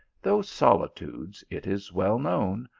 those solitudes, it is weil known,